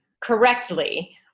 correctly